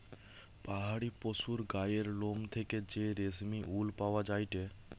পাহাড়ি পশুর গায়ের লোম থেকে যে রেশমি উল পাওয়া যায়টে